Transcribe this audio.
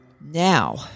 Now